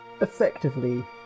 effectively